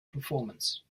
performance